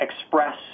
express